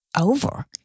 over